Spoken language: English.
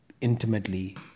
intimately